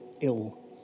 ill